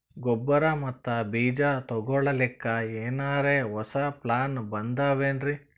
ಗೊಬ್ಬರ ಮತ್ತ ಬೀಜ ತೊಗೊಲಿಕ್ಕ ಎನರೆ ಹೊಸಾ ಪ್ಲಾನ ಬಂದಾವೆನ್ರಿ?